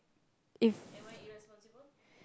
if